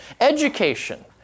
Education